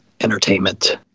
entertainment